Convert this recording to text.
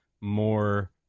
more